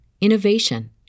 innovation